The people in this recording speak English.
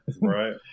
Right